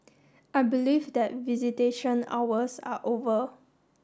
I believe that visitation hours are over